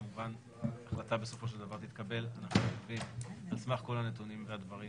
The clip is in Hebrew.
כמובן שהחלטה בסופו של דבר תתקבל על סמך כל הנתונים והדברים